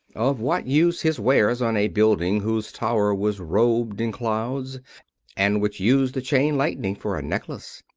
of what use his wares on a building whose tower was robed in clouds and which used the chain lightning for a necklace?